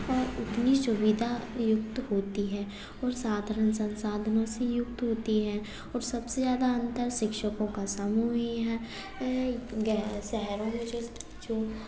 और उतनी सुविधा युक्त होती है और साधरण संसाधनों से युक्त होती है और सबसे ज्यादा अंतर शिक्षकों का समूह ही है शहरों में जो